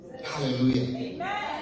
Hallelujah